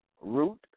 Root